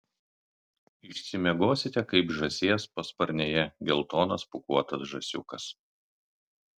išsimiegosite kaip žąsies pasparnėje geltonas pūkuotas žąsiukas